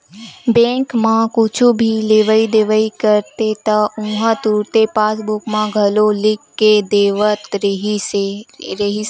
bank म कुछु भी लेवइ देवइ करते त उहां तुरते पासबूक म घलो लिख के देवत रिहिस हे